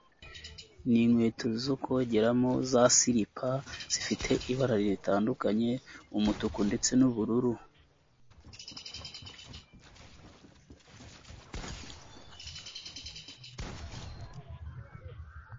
Ni inkweto zo kogeramo za silipa, zifite ibara ritandukanye umutuku ndetse n'ubururu.